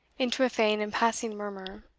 into a faint and passing murmur,